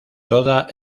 toda